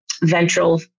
ventral